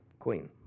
queen